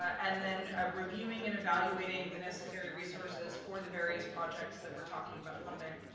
and then reviewing and evaluating the necessary resources for the various projects that we're talking about funding.